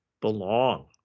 belong